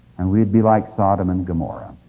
and we would be like sodom and gomorrah.